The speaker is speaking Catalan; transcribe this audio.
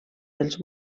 dels